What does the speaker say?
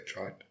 right